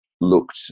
looked